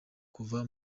kuva